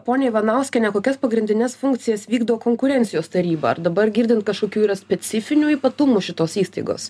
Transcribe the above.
ponia ivanauskiene kokias pagrindines funkcijas vykdo konkurencijos taryba ar dabar girdint kažkokių yra specifinių ypatumų šitos įstaigos